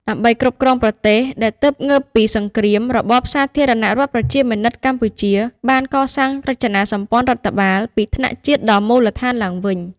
ដើម្បីគ្រប់គ្រងប្រទេសដែលទើបងើបពីសង្គ្រាម របបសាធារណរដ្ឋប្រជាមានិតកម្ពុជា បានកសាងរចនាសម្ព័ន្ធរដ្ឋបាលពីថ្នាក់ជាតិដល់មូលដ្ឋានឡើងវិញ។